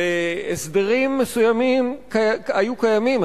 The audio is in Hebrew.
והסדרים מסוימים היו קיימים.